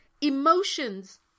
Emotions